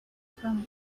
from